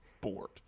bored